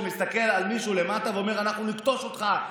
שמסתכל על מישהו למטה ואומר: אנחנו נכתוש אותך,